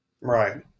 Right